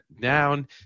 down